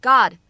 God